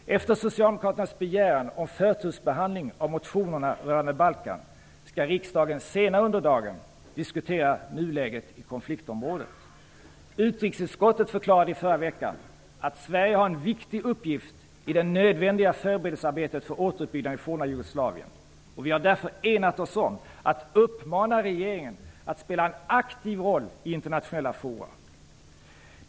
Efter Socialdemokraternas begäran om förtursbehandling av motionerna rörande Balkan skall riksdagen senare under dagen diskutera nuläget i konfliktområdet. Utrikesutskottet förklarade i förra veckan att Sverige har en viktig uppgift i det nödvändiga förberedelsearbetet för återuppbyggnaden i det forna Jugoslavien. Vi har därför enat oss om att uppmana regeringen att spela en aktiv roll i internationella fora.